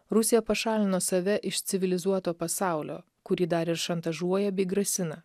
rusija pašalino save iš civilizuoto pasaulio kurį dar ir šantažuoja bei grasina